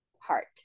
heart